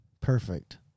perfect